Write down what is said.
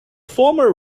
former